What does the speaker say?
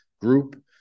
group